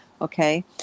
okay